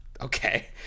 Okay